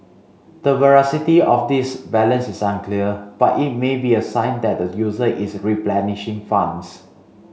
the veracity of this balance is unclear but it may be a sign that the user is replenishing funds